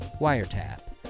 Wiretap